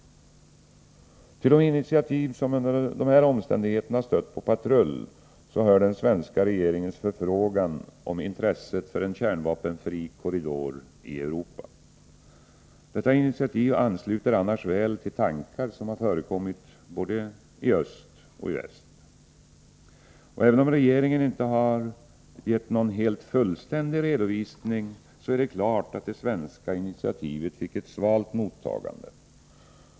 Till de initiativ som under dessa omständigheter stött på patrull hör den svenska regeringens förfrågan om intresset för en kärnvapenfri korridor i Europa. Detta initiativ ansluter annars väl till tankar som har förekommit i både öst och väst. Även om regeringen inte har gett någon helt fullständig redovisning är det klart att det svenska initiativet fick ett svalt mottagande.